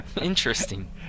Interesting